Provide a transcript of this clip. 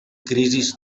crisis